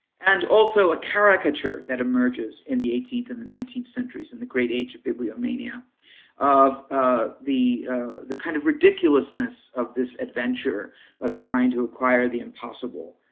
and also, a caricature that emerges in the eighteenth and the nineteenth centuries in the age of bibliomania of ah the the kind of ridiculousness of this adventure of trying to acquiring the impossible,